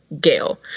Gail